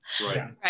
Right